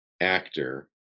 actor